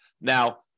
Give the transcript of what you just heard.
Now